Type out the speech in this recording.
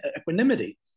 equanimity